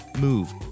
move